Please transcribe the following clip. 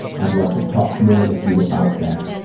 i'd love to talk more with you about that.